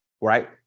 right